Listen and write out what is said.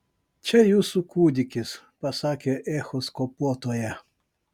čia jūsų kūdikis pasakė echoskopuotoja